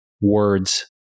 words